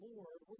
Lord